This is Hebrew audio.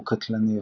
הוא קטלני יותר.